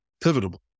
pivotal